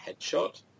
Headshot